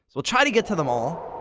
we'll try to get to them all.